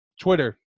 Twitter